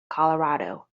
colorado